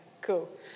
cool